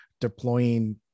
deploying